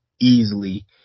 easily